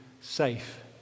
safe